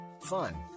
fun